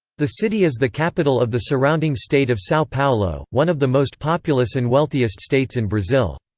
the city is the capital of the surrounding state of sao paulo, one of the most populous and wealthiest states in brazil.